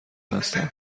هستم